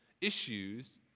issues